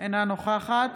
אינה נוכחת